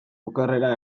okerrera